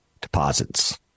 deposits